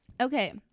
Okay